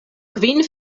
kvin